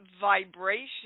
vibration